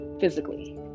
physically